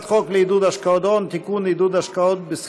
לעידוד השקעות הון (תיקון מס'